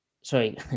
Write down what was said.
Sorry